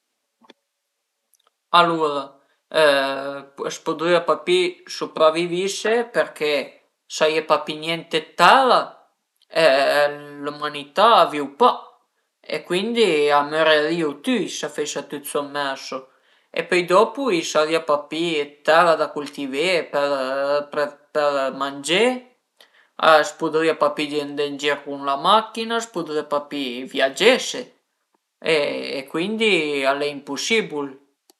Alura a s'pudrìa pa pi supravivise perché s'a ie pa pi niente d'tera, l'ümanità a vìu pa e cuindi a mörirìu tüi s'a föisa tüt sommerso e pöi dopu i sarìa pa pi d'tera da cultivé, për mangé, a s'pudrìa pa pi andé ën gir cun la machin-a, a s'pudrìa pa pi viagese e cuindi al e impusibul